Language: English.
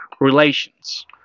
relations